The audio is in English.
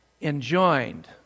enjoined